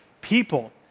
people